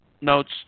notes